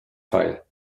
teil